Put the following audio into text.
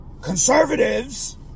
conservatives